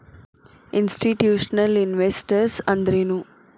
Institutional investors ಅಂದ್ರೇನು?